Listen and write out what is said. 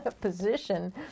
position